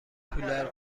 کولر